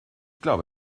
glaube